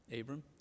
Abram